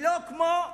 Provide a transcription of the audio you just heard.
שלא כמו,